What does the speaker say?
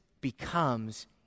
becomes